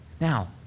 Now